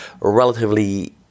relatively